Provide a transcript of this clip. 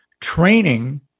training